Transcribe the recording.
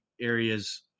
areas